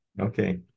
Okay